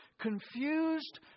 confused